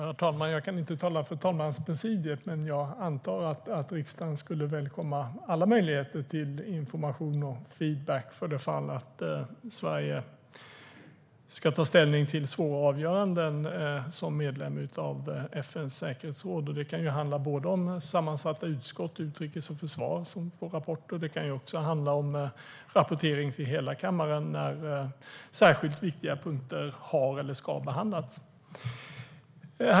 Herr talman! Jag kan inte tala för talmanspresidiet. Men jag antar att riksdagen skulle välkomna alla möjligheter till information och feedback ifall Sverige skulle ta ställning till svåra avgöranden som medlem i FN:s säkerhetsråd. Det kan handla om både rapporter till sammansatta utskott - utrikes och försvar - och rapportering till hela kammaren när särskilt viktiga punkter har behandlats eller ska behandlas.